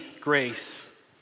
grace